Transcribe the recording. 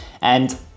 And-